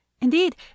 Indeed